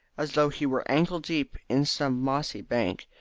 as though he were ankle-deep in some mossy bank,